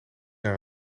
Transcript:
naar